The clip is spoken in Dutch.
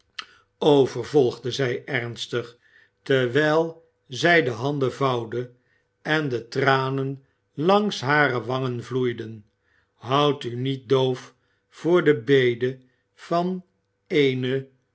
o vervolgde zij ernstig terwijl zij de handen vouwde en de tranen langs hare wangen vloeiden houd u niet doof voor de bede van eene